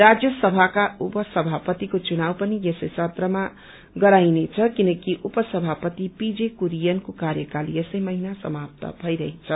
राज्यसभाका उपसभापतिको चुनाव पनि यसै सत्रमा गराइनेछ किनकि उपसभापति पीजे कुनियनको क्वर्यकाल यसै महिना समाप्त भइरहेछ